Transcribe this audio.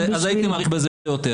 הייתי מאריך בזה יותר.